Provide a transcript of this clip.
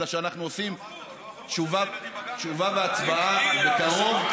אלא שאנחנו עושים תשובה והצבעה בקרוב,